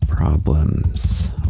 problems